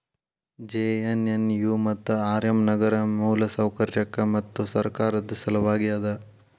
JNNU ಮತ್ತು RM ನಗರ ಮೂಲಸೌಕರ್ಯಕ್ಕ ಮತ್ತು ಸರ್ಕಾರದ್ ಸಲವಾಗಿ ಅದ